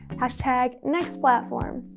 hashtag. next platform.